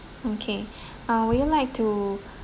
okay uh would you like to